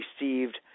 received